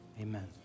amen